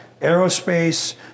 aerospace